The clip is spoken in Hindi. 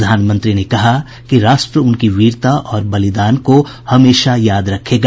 प्रधानमंत्री ने कहा कि राष्ट्र उनकी वीरता और बलिदान को हमेशा याद रखेगा